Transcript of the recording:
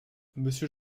monsieur